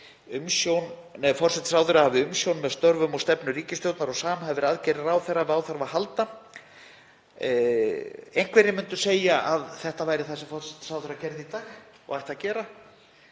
forsætisráðherra hafi umsjón með störfum og stefnu ríkisstjórnar og samhæfi aðgerðir ráðherra ef á þarf að halda. Einhverjir myndu segja að þetta væri það sem forsætisráðherra gerði í dag og ætti að gera.